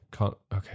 okay